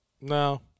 No